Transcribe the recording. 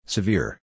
Severe